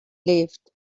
lived